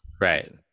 Right